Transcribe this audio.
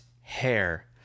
hair